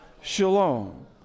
Shalom